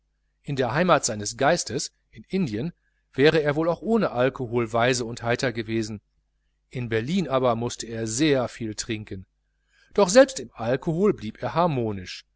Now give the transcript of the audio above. in der heimat seines geistes in indien wäre er wohl auch ohne alkohol weise und heiter gewesen in berlin aber mußte er sehr viel trinken doch selbst im alkohol blieb er harmonisch